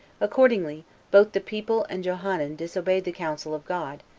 accordingly, both the people and johanan disobeyed the counsel of god,